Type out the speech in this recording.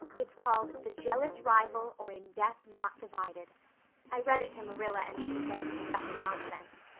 it's called the jealous rival or in death not divided i read it to marilla and she said it was stuff and nonsense.